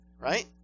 right